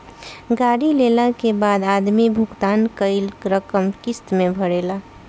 गाड़ी लेला के बाद आदमी भुगतान कईल रकम किस्त में भरेला